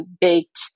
baked